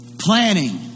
planning